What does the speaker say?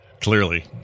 clearly